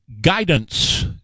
guidance